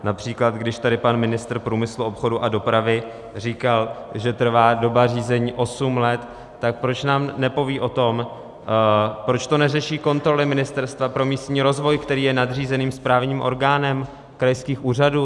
Například když tady pan ministr průmyslu, obchodu a dopravy říkal, že trvá doba řízení osm let, tak proč nám nepoví o tom, proč to neřeší kontroly Ministerstva pro místní rozvoj, které je nadřízeným správním orgánem krajských úřadů!